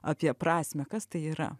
apie prasmę kas tai yra